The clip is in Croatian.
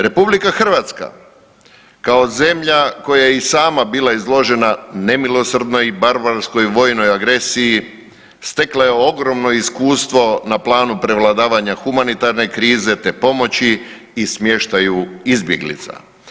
RH kao zemlja koja je i sama bila izložena nemilosrdnoj i barbarskoj vojnoj agresiji stekla je ogromno iskustvo na planu prevladavanja humanitarne krize, te pomoći i smještaju izbjeglica.